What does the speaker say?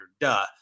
duh